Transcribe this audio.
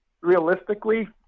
realistically